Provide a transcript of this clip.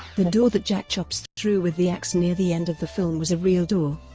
the door that jack chops through with the axe near the end of the film was a real door.